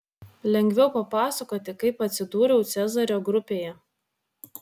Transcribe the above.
lengviau papasakoti kaip atsidūriau cezario grupėje